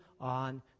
on